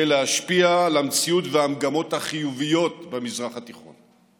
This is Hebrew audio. להשפיע על המציאות והמגמות החיוביות במזרח התיכון.